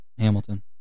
Hamilton